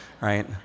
right